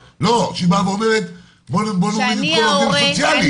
שבאה ואומרת בוא נוריד את כל העובדים הסוציאליים.